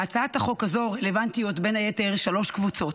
להצעת החוק הזו רלוונטיות בין היתר שלוש קבוצות.